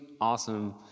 Awesome